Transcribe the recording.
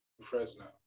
Fresno